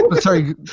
Sorry